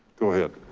go ahead,